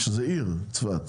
שזה עיר צפת.